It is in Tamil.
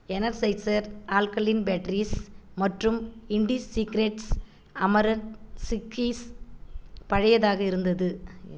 எனர்சைஸர் ஆல்கிலின் பேட்டரிஸ் மற்றும் இண்டிஸீக்ரெட்ஸ் அமரந்த் சிக்கிஸ் பழையதாக இருந்தது